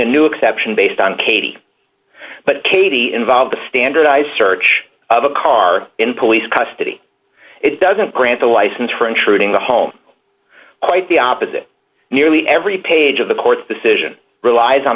a new exception based on katie but katie involved a standardized search of a car in police custody it doesn't grant the license for intruding the home quite the opposite nearly every page of the court's decision relies on